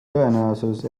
tõenäosus